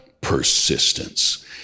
Persistence